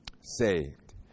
saved